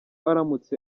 aramutse